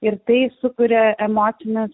ir tai sukuria emocinius